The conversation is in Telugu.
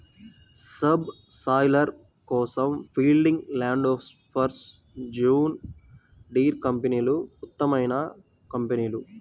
సబ్ సాయిలర్ కోసం ఫీల్డింగ్, ల్యాండ్ఫోర్స్, జాన్ డీర్ కంపెనీలు ఉత్తమమైన కంపెనీలు